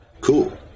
cool